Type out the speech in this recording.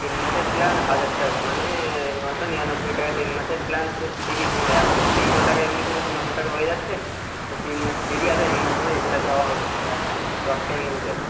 তিন মাসের প্ল্যান হাজার টাকা মানে নশো নিরানব্বই টাকা তিন মাসের প্ল্যান পুরো ফ্রি তোমার এখন তো তিনশো টাকা এমনি তোমার এখন নশো টাকা হয়ে যাচ্ছে তো তিন মাস ফ্রি আরও একমাস তোমার এক্সট্রা দেওয়া হবে লাস্টে টক টাইম অনুযায়ী